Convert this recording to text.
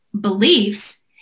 beliefs